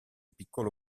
piccolo